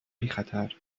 بیخطر